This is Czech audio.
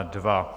2.